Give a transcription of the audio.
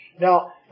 Now